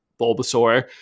Bulbasaur